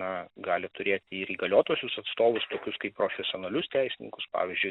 na gali turėti ir įgaliotuosius atstovus tokius kaip profesionalius teisininkus pavyzdžiui